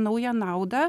naują naudą